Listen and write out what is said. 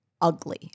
ugly